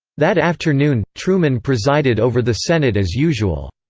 that afternoon, truman presided over the senate as usual.